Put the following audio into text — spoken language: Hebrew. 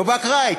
לא באקראי,